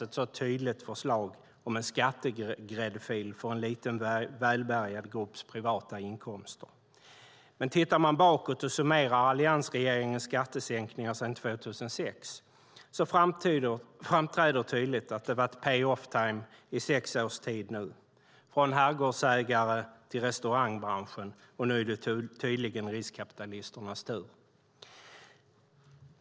Tittar man bakåt och summerar alliansregeringens skattesänkningar sedan 2006 framträder dock tydligt att det nu har varit payoff time i sex års tid, från herrgårdsägare till restaurangbranschen. Nu är det tydligen riskkapitalisternas tur.